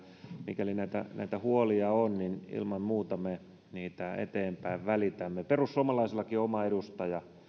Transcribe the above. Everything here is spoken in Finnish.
mikäli näitä näitä huolia on niin ilman muuta me niitä eteenpäin välitämme perussuomalaisillakin on oma edustaja